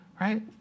Right